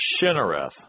Shinareth